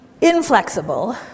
inflexible